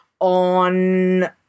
on